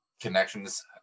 connections